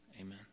Amen